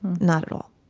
not at all.